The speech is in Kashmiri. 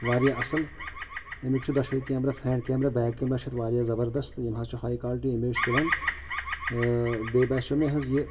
واریاہ اصٕل اَمیُک چھِ دۄشوے camera front camera back camera چھِ اَتھ واریاہ زبردست یِم حظ چھِ ہاے کالٹی اِمیج تُلان ٲں بیٚیہِ باسیٚو مےٚ حظ یہِ